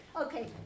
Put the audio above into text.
Okay